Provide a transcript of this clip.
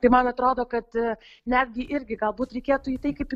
tai man atrodo kad netgi irgi galbūt reikėtų į tai kaip į